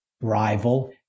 rival